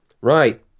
right